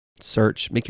search